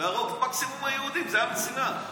להרוג מקסימום יהודים, זאת המשימה.